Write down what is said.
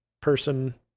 person